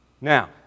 Now